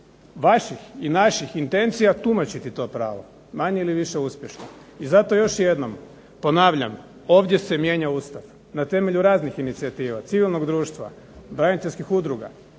vaših i naših intencija tumačiti to pravo, manje ili više uspješno. I zato još jednom ponavljam, ovdje se mijenja Ustav. Na temelju raznih inicijativa, civilnog društva, braniteljskih udruga,